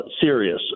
serious